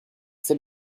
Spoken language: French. ces